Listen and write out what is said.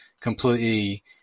completely